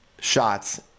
shots